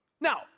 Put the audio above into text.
Now